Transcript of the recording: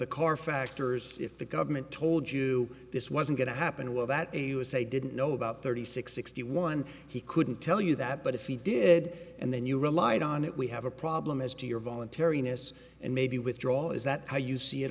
the car factors if the government told you this wasn't going to happen well that a usa didn't know about thirty six sixty one he couldn't tell you that but if he did and then you relied on it we have a problem as to your voluntariness and maybe withdraw is that how you see it